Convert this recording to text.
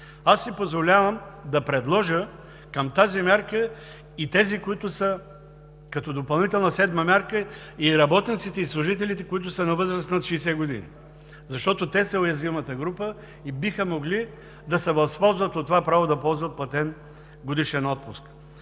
Аз си позволявам да предложа към тази мярка като допълнителна седма мярка – и работниците, и служителите, които са на възраст над 60 години, защото те са уязвимата група и биха могли да се възползват от това право, да ползват платен годишен отпуск.